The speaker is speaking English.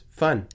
fun